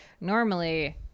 normally